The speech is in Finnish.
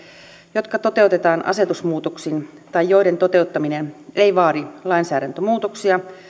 jotka toteutetaan asetusmuutoksin tai joiden toteuttaminen ei vaadi lainsäädäntömuutoksia